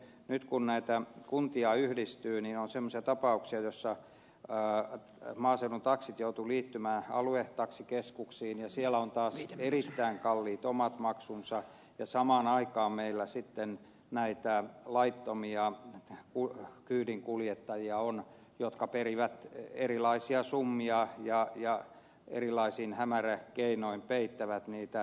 nyt kun näitä kuntia yhdistyy niin on semmoisia tapauksia joissa maaseudun taksit joutuvat liittymään aluetaksikeskuksiin ja siellä on taas erittäin kalliit omat maksunsa ja samaan aikaan meillä sitten on näitä laittomia kyydinkuljettajia jotka perivät erilaisia summia ja erilaisin hämäräkeinoin peittävät niitä